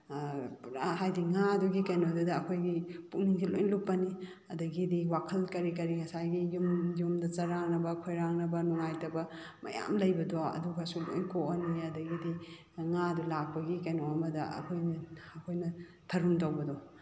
ꯄꯨꯔꯥ ꯍꯥꯏꯗꯤ ꯉꯥꯗꯨꯒꯤ ꯀꯩꯅꯣꯗꯨꯗ ꯑꯩꯈꯣꯏꯒꯤ ꯄꯨꯛꯅꯤꯡꯁꯦ ꯂꯣꯏ ꯂꯨꯞꯄꯅꯤ ꯑꯗꯒꯤꯗꯤ ꯋꯥꯈꯜ ꯀꯔꯤ ꯀꯔꯤ ꯉꯁꯥꯏꯒꯤ ꯌꯨꯝ ꯌꯨꯝꯗ ꯆꯔꯥꯡꯅꯕ ꯈꯣꯏꯔꯥꯡꯅꯕ ꯅꯨꯡꯉꯥꯏꯇꯕ ꯃꯌꯥꯝ ꯂꯩꯕꯗꯣ ꯑꯗꯨꯒꯁꯨ ꯂꯣꯏ ꯀꯣꯛꯑꯅꯤ ꯑꯗꯒꯤꯗꯤ ꯉꯥꯗꯣ ꯂꯥꯛꯄꯒꯤ ꯀꯩꯅꯣ ꯑꯃꯗ ꯑꯩꯈꯣꯏ ꯑꯩꯈꯣꯏꯅ ꯊꯔꯨꯝ ꯇꯧꯕꯗꯣ